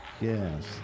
Yes